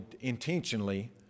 intentionally